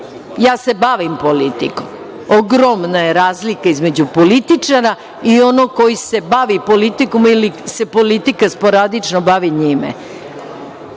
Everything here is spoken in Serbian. ja se bavim politikom. Ogromna je razlika između političara i onog koji se bavi politikom ili se politika sporadično bavi njime.